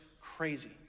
crazy